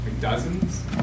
dozens